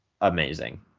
amazing